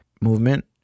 movement